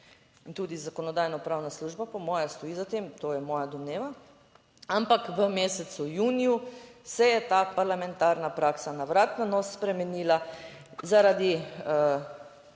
tudi Zakonodajno-pravna služba po moje stoji za tem, to je moja domneva, ampak v mesecu juniju se je ta parlamentarna praksa na vrat na nos spremenila zaradi